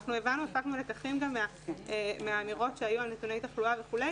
אנחנו הבנו והפקנו לקחים גם מהאמירות שהיו על נתוני תחלואה וכו'.